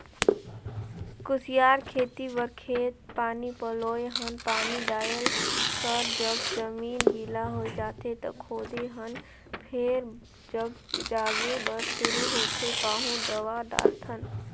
कुसियार खेती बर खेत पानी पलोए हन पानी डायल कर जब जमीन गिला होए जाथें त खोदे हन फेर जब जागे बर शुरू होथे पाहु दवा डालथन